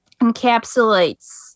encapsulates